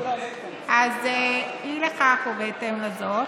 אז אי לכך ובהתאם לזאת,